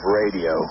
radio